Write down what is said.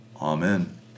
Amen